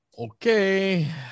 Okay